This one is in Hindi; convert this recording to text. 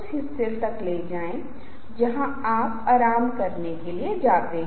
यहां तक कि उन अंकों के माध्यम से जो आप बना रहे हैं और यह बहुत अधिक दिलचस्प हो जाता है